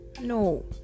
no